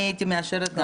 אני הייתי מאשרת.